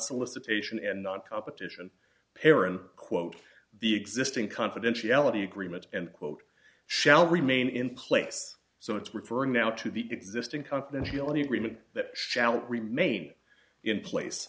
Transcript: solicitation and not competition paren quote the existing confidentiality agreement and quote shall remain in place so it's referring now to the existing confidentiality agreement that shall remain in place